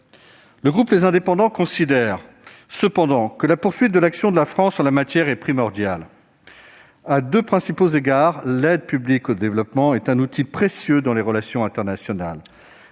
et Territoires considère cependant que la poursuite de l'action de la France en la matière est primordiale. À deux principaux égards, l'aide publique au développement est un outil précieux dans les relations internationales.